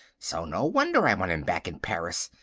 so no wonder i want him back in paris.